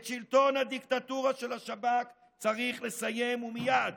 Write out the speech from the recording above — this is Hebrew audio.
את שלטון הדיקטטורה של השב"כ צריך לסיים, ומייד.